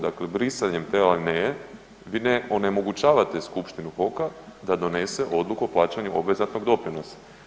Dakle brisanjem te alineje vi ne onemogućavate skupštini HOK-a da donese odluku o plaćanju obvezanog doprinosa.